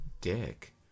dick